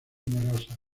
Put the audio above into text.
numerosas